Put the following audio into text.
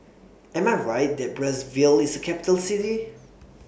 Am I Right that Brazzaville IS A Capital City